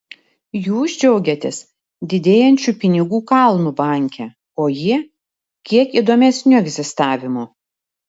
jūs džiaugiatės didėjančiu pinigų kalnu banke o jie kiek įdomesniu egzistavimu